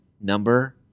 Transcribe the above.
number